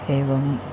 एवम्